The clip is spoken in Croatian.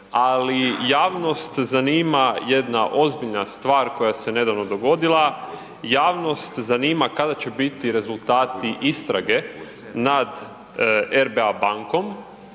ali javnost zanima jedna ozbiljna stvar koja se nedavno dogodila, javnost zanima kada će biti rezultati istrage nad RBA bankom.